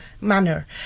manner